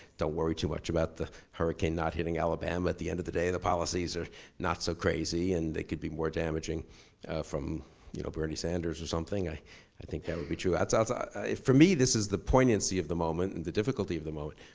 worry too much about the hurricane not hitting alabama. at the end of the day the policies are not so crazy and they could be more damaging from you know bernie sanders, or something. i i think that would be true. ah for me, this is the poignancy of the moment and the difficulty of the moment.